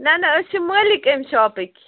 نہَ نہَ أسۍ چھِ مٲلِک اَمہِ شاپٕکۍ